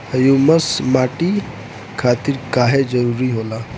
Humus माटी खातिर काहे जरूरी होला?